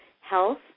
health